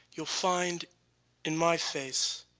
you'll find in my face,